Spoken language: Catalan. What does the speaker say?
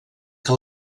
que